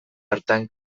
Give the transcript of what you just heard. hartan